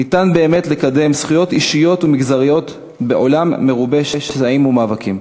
ניתן באמת לקדם זכויות אישיות ומגזריות בעולם מרובה שסעים ומאבקים.